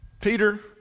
Peter